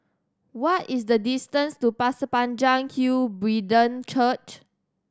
what is the distance to Pasir Panjang Hill Brethren Church